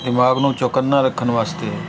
ਦਿਮਾਗ ਨੂੰ ਚੁਕੰਨਾ ਰੱਖਣ ਵਾਸਤੇ